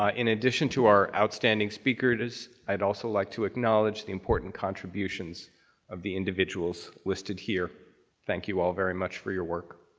ah in addition to our outstanding speakers, i'd also like to acknowledge the important contributions of the individuals listed here thank you all very much for your work.